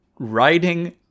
writing